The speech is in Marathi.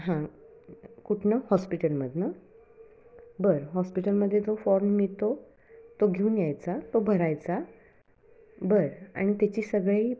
हां कुठनं हॉस्पिटलमधून बरं हॉस्पिटलमध्ये जो फॉर्म मिळतो तो घेऊन यायचा तो भरायचा बरं आणि त्याची सगळी